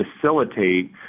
facilitate